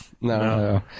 No